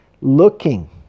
looking